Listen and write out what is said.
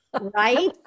Right